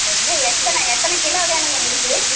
சரிங்க எத்தனை எத்தனை கிலோ வேணுங்க உங்களுக்கு